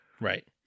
Right